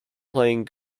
playing